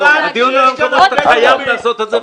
הדיון הוא על המקומות שאתה חייב לעשות את זה,